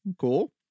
cool